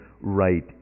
right